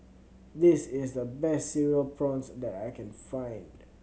this is the best Cereal Prawns that I can find